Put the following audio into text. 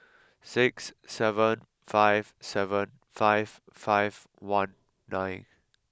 six seven five seven five five one nine